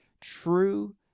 true